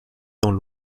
dans